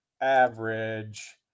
average